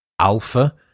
Alpha